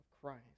Christ